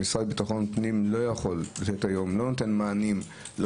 המשרד לביטחון פנים לא נותן מענה לא